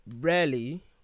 rarely